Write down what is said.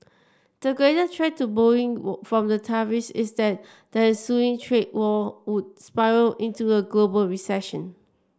the greater threat to Boeing from the tariffs is that that the ensuing trade war would spiral into a global recession